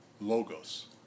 logos